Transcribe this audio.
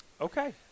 Okay